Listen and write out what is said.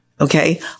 okay